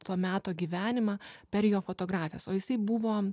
to meto gyvenimą per jo fotografijas o jisai buvo